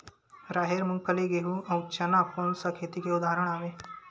राहेर, मूंगफली, गेहूं, अउ चना कोन सा खेती के उदाहरण आवे?